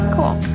Cool